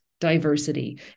diversity